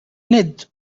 ned